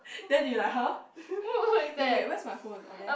then you like !huh! eh wait where's my phone orh there